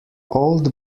old